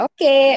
Okay